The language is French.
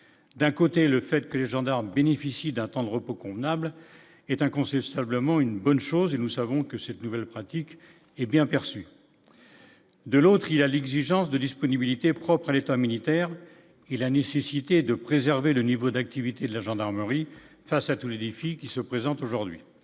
d'un côté le fait que les gendarmes bénéficient d'un temps de repos convenable est un conseiller simplement une bonne chose et nous savons que cette nouvelle pratique hé bien perçu de l'autre, il y a l'exigence de disponibilité propres à l'état militaire et la nécessité de préserver le niveau d'activité de la gendarmerie face à tous les défis qui se présentent aujourd'hui,